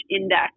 index